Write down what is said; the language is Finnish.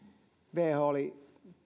who oli